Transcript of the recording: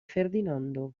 ferdinando